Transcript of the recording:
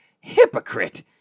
Hypocrite